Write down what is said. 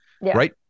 right